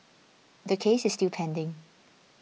the case is still pending